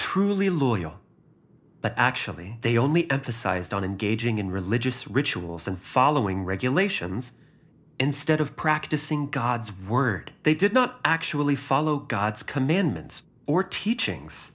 truly loyal but actually they only emphasized on engaging in religious rituals and following regulations instead of practicing god's word they did not actually follow god's commandments or teachings